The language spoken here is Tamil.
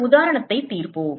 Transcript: ஒரு உதாரணத்தை தீர்ப்போம்